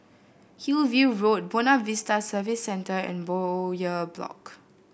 Hillview Road Buona Vista Service Centre and Bowyer Block